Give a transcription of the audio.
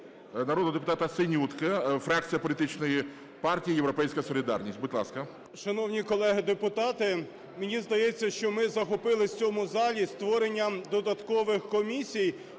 народного депутата Синютку, фракція політичної партії "Європейська солідарність". Будь ласка. 11:26:12 СИНЮТКА О.М. Шановні колеги депутати, мені здається, що ми захопилися в цьому залі створенням додаткових комісій.